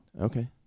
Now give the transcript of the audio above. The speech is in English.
Okay